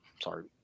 sorry